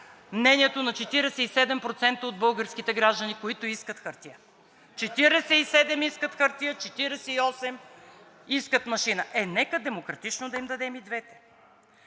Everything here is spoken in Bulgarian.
мнението на 47% от българските граждани, които искат хартия – 47 искат хартия, 48 искат машина. Е, нека демократично да им дадем и двете.